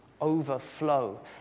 overflow